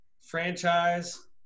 franchise